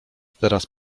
teraz